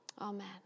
Amen